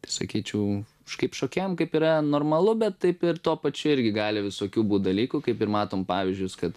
tai sakyčiau kažkaip šokiam kaip yra normalu bet taip ir tuo pačiu irgi gali visokių būt dalykų kaip ir matom pavyzdžius kad